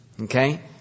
Okay